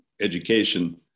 education